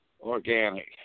organic